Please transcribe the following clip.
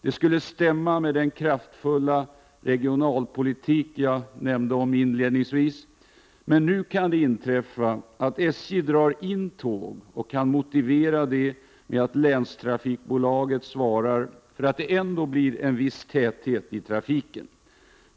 Det skulle stämma med den kraftfulla regionalpolitik jag nämnde inledningsvis. Men nu kan det inträffa att SJ drar in tåg och motiverar det med att länstrafikbolaget svarar för att det ändå blir en viss täthet i trafiken.